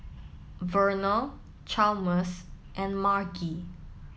Verner Chalmers and Margy